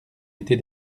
été